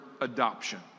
adoption